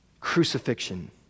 crucifixion